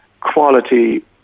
quality